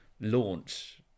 launch